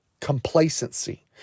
complacency